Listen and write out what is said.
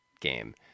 game